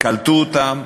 קלטנו אותם,